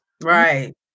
Right